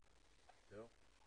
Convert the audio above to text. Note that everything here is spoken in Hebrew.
הזה,